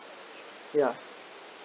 ya